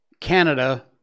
Canada